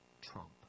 Trump